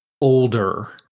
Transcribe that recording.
older